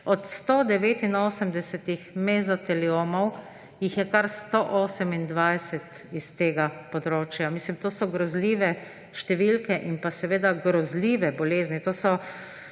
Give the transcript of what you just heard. Od 189 mezoteliomov jih je kar 128 s tega področja. To so grozljive številke in grozljive bolezni. To so